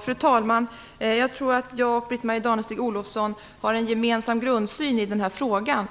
Fru talman! Jag tror att jag och Britt-Marie Danestig-Olofsson har en gemensam grundsyn när det gäller den här frågan.